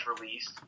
released